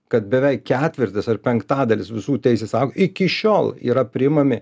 kad beveik ketvirtis ar penktadalis visų teisės aktų iki šiol yra priimami